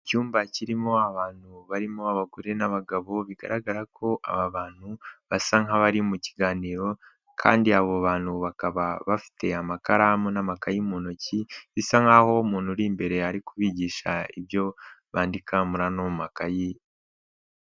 Icyumba kirimo abantu barimo abagore n'abagabo bigaragara ko aba bantu basa nk'abari mu kiganiro kandi abo bantu bakaba bafite amakaramu n'amakaye mu ntoki bisa nk'aho umuntu uri imbere ari kubigisha ibyo bandika muri ano makayi.